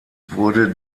wurde